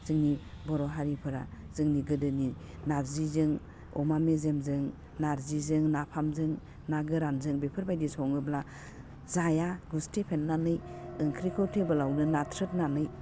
जोंनि बर' हारिफ्रा जोंनि गोदोनि नारजिजों अमा मेजेमजों नारजिजों नाफामजों ना गोरानजों बेफोर बायदि सङोब्ला जाया गुस्थि फेननानै ओंख्रिखौ थेबोलावनो नारथ्रोदनानै